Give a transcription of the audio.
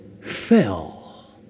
fell